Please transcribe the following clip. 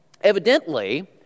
evidently